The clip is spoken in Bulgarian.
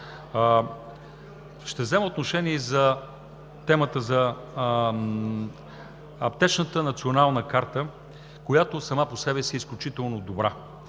Ще взема отношение и по темата за Аптечната национална карта, която сама по себе си е изключително добра